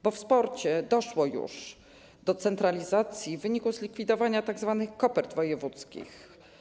Bo w sporcie doszło już do centralizacji w wyniku zlikwidowania tzw. kopert wojewódzkich.